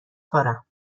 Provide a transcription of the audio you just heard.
کارم